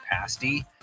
pasty